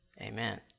Amen